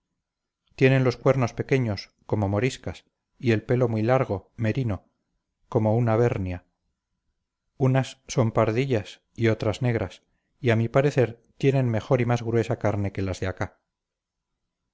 tienen los cuernos pequeños como moriscas y el pelo muy largo merino como una bernia unas son pardillas y otras negras y a mi parecer tienen mejor y más gruesa carne que las de acá